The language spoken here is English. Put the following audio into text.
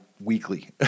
weekly